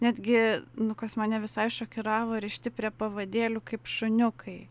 netgi nu kas mane visai šokiravo rišti prie pavadėlių kaip šuniukai